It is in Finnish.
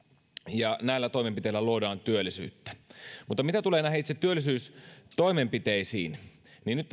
ja näillä toimenpiteillä luodaan työllisyyttä mutta mitä tulee näihin itse työllisyystoimenpiteisiin niin nyt